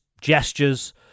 gestures